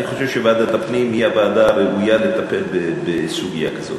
אני חושב שוועדת הפנים היא הוועדה הראויה לטפל בסוגיה כזאת.